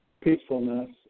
peacefulness